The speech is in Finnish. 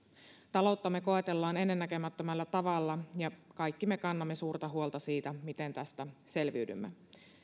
talouttamme koetellaan ennennäkemättömällä tavalla ja kaikki me kannamme suurta huolta siitä miten tästä selviydymme